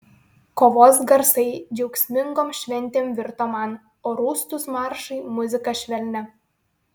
kovos garsai džiaugsmingom šventėm virto man o rūstūs maršai muzika švelnia